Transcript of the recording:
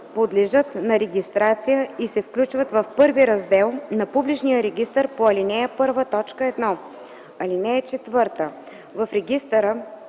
подлежат на регистрация и се включват в Първи раздел на публичния регистър по ал. 1, т. 1. (4) В регистъра